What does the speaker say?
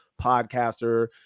podcaster